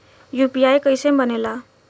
UPI कईसे बनेला?